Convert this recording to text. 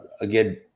again